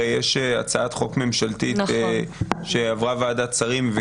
יש הצעת חוק ממשלתית שעברה ועדת שרים בנושא,